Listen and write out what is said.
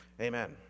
amen